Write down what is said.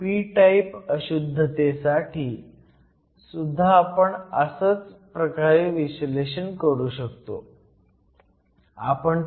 p type अशुद्धते साठी सुद्धा आपण अशाच प्रकारे विश्लेषण करू शकतो